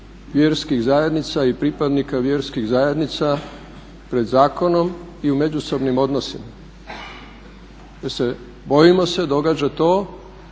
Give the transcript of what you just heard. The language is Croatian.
vjerskih zajednica i pripadnika vjerskih zajednica pred zakonom i u međusobnim odnosima. Bojimo se da se događa to